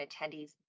attendees